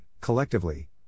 collectively